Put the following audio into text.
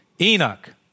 Enoch